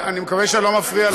אני מקווה שאני לא מפריע לכם.